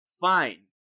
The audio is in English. fine